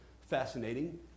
fascinating